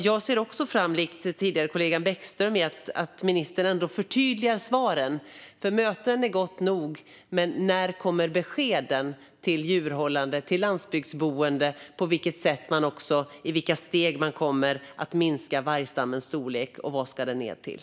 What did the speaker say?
Jag ser, likt min kollega ledamoten Bäckström, fram emot att ministern förtydligar svaren. Möten är gott nog, men när kommer beskeden till djurhållande bönder, till landsbygdsboende, om i vilka steg man kommer att minska vargstammens storlek och vad den ska ned till?